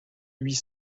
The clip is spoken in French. huit